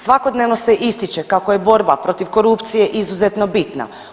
Svakodnevno se ističe kako je borba protiv korupcije izuzetno bitna.